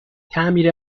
تعمیر